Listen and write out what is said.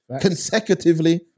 consecutively